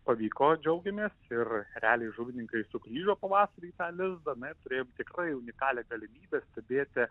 pavyko džiaugiamės ir ereliai žuvininkai sugrįžo pavasarį į tą lizdą unikalią galimybę stebėti